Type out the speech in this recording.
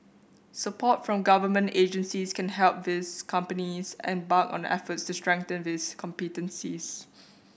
support from government agencies can help these companies embark on efforts to strengthen these competencies